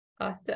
Awesome